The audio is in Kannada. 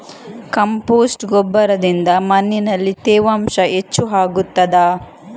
ಕಾಂಪೋಸ್ಟ್ ಗೊಬ್ಬರದಿಂದ ಮಣ್ಣಿನಲ್ಲಿ ತೇವಾಂಶ ಹೆಚ್ಚು ಆಗುತ್ತದಾ?